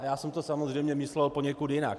Já jsem to samozřejmě myslel poněkud jinak.